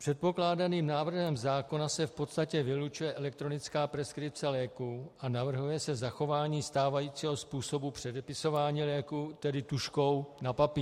Předkládaným návrhem zákona se v podstatě vylučuje elektronická preskripce léků a navrhuje se zachování stávajícího způsobu předepisování léků, tedy tužkou na papír.